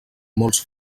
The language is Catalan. molts